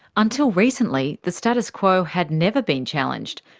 until recently, the status quo had never been challenged.